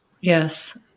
Yes